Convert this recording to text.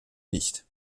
nicht